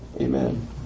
Amen